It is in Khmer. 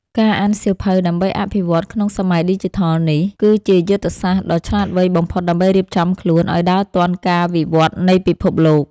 ការអានសៀវភៅដើម្បីអភិវឌ្ឍខ្លួនក្នុងសម័យឌីជីថលនេះ គឺជាយុទ្ធសាស្ត្រដ៏ឆ្លាតវៃបំផុតដើម្បីរៀបចំខ្លួនឱ្យដើរទាន់ការវិវឌ្ឍនៃពិភពលោក។